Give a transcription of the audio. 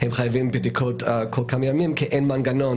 הם חייבים בדיקות כל כמה ימים כי אין מנגנון